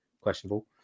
questionable